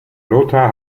lothar